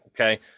okay